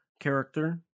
character